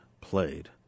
played